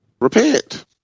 Repent